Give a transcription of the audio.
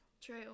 True